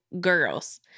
girls